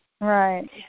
right